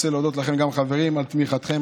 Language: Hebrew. אני רוצה להודות לכם גם, חברים, על תמיכתכם.